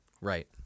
Right